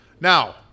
Now